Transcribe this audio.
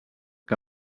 que